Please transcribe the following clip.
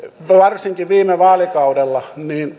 varsinkin viime vaalikaudella